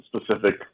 specific